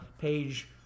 page